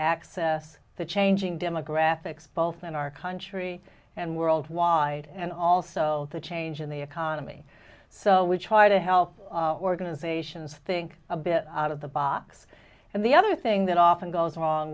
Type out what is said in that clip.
access the changing demographics both in our country and worldwide and also the change in the economy so we try to help organizations think a bit out of the box and the other thing that often goes wrong